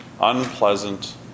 unpleasant